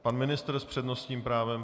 Pan ministr s přednostním právem.